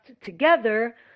together